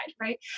Right